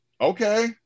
okay